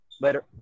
Later